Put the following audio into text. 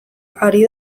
ari